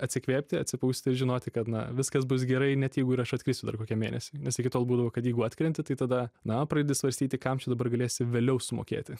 atsikvėpti atsipūsti ir žinoti kad na viskas bus gerai net jeigu ir aš atkrisiu dar kokiam mėnesiui nes iki tol būdavo kad jeigu atkrenti tai tada na pradedi svarstyti kam čia dabar galėsi vėliau sumokėti